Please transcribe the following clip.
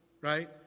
right